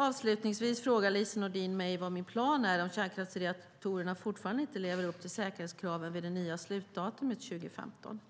Avslutningsvis frågar Lise Nordin mig vad min plan är om kärnkraftsreaktorerna fortfarande inte lever upp till säkerhetskraven vid det nya slutdatumet 2015.